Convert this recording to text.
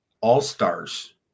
all-stars